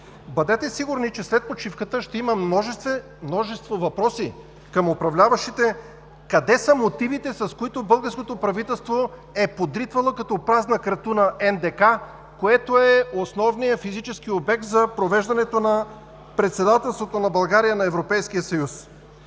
Бъдете сигурни, че след почивката ще има множество въпроси към управляващите – къде са мотивите, с които българското правителство е подритвало като празна кратуна НДК, което е основният физически обект за провеждането на председателството на България на Европейския съюз.